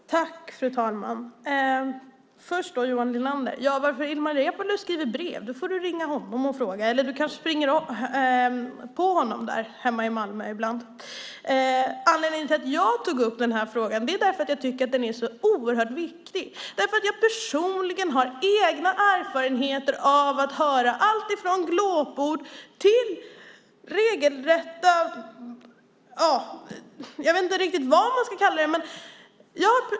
Fru talman! Jag vänder mig först till Johan Linander: Varför Ilmar Reepalu skriver brev får du ringa honom och fråga. Eller du kanske springer på honom hemma i Malmö ibland. Anledningen till att jag tog upp den här frågan är att jag tycker att den är så oerhört viktig. Jag har personligen egna erfarenheter av att höra alltifrån glåpord till regelrätta . ja, jag vet inte riktigt vad man ska kalla det.